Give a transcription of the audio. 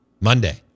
Monday